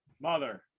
mother